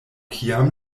kiam